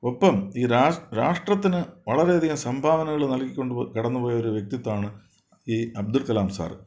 ഒപ്പം ഈ രാഷ്ട്രത്തിന് വളരെയധികം സംഭാവനകള് നൽകിക്കൊണ്ട് കടന്നുപോയ ഒരു വ്യക്തിത്തമാണ് ഈ അബ്ദുൽ കലാം സാറ്